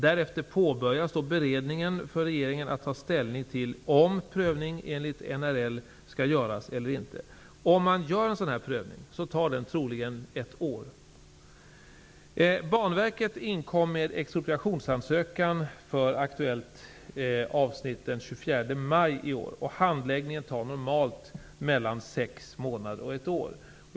Därefter påbörjas beredningen och regeringens arbete att ta ställning till om prövning enligt naturresurslagen skall göras eller inte. Om man gör en sådan prövning, tar den troligen ett år. Banverket inkom med en expropriationsansökan för aktuellt avsnitt den 24 maj i år. Handläggningen tar normalt mellan sex månader och ett år.